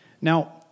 Now